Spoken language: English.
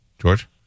George